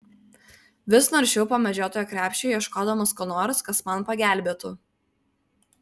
vis naršiau po medžiotojo krepšį ieškodamas ko nors kas man pagelbėtų